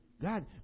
God